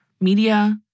media